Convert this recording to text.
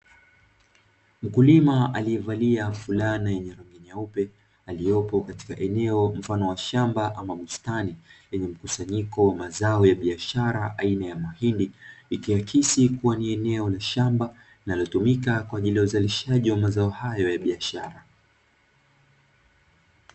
Mkulima aliyevalia fulana yenye rangi nyeupe, aliyepo katika eneo mfano wa shamba ama bustani lenye mkusanyiko wa mazao ya biashara aina ya mahindi. Ikiakisi kuwa ni eneo la shamba linalotumika kwa ajili ya uzalishaji wa mazao hayo ya biashara.